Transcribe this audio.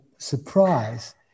surprise